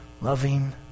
loving